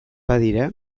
badira